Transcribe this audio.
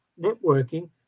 networking